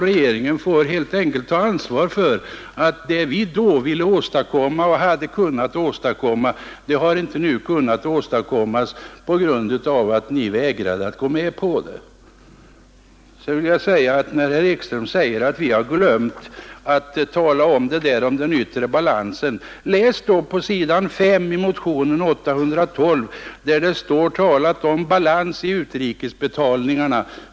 Regeringen får helt enkelt ta ansvaret för att det vi då ville åstadkomma och även hade kunnat åstadkomma nu inte kan uppnås på grund av att ni vägrade gå med på detta. Herr Ekström säger att vi glömt att tala om den yttre balansen. Läs då på s. 5 i motionen 812 där det står talat om ”balans i utrikesbetalningarna”.